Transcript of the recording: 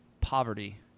poverty